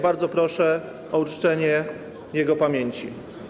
Bardzo proszę o uczczenie jego pamięci.